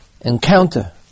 encounter